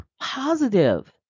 positive